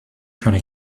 trying